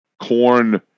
corn